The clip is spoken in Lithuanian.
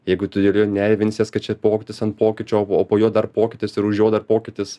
jeigu tu ir ir nervinsies kad čia pokytis ant pokyčio o o po juo dar pokytis ir už jo dar pokytis